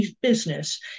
business